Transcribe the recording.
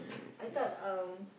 I thought um